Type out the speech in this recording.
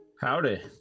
Howdy